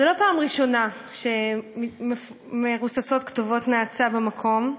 זו לא הפעם הראשונה שמרוססות כתובות נאצה במקום,